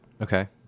Okay